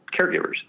caregivers